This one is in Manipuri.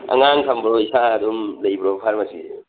ꯑꯉꯥꯡ ꯊꯝꯕ꯭ꯔꯣ ꯏꯁꯥ ꯑꯗꯨꯝ ꯂꯩꯕ꯭ꯔꯣ ꯐꯥꯔꯃꯥꯁꯤꯁꯦ